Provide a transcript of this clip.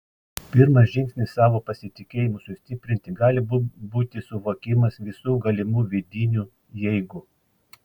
pirmas žingsnis savo pasitikėjimui sustiprinti gali būti suvokimas visų galimų vidinių jeigu